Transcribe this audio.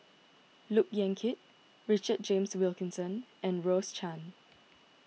Look Yan Kit Richard James Wilkinson and Rose Chan